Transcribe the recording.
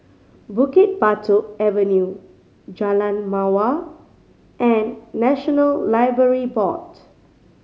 Bukit Batok Avenue Jalan Mawar and National Library Board